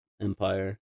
empire